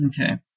Okay